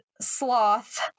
sloth